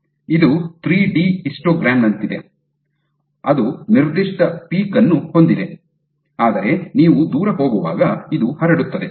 ಇದು three D histogram ನಂತಿದೆ ಅದು ನಿರ್ದಿಷ್ಟ ಪೀಕ್ ಅನ್ನು ಹೊಂದಿದೆ ಆದರೆ ನೀವು ದೂರ ಹೋಗುವಾಗ ಇದು ಹರಡುತ್ತದೆ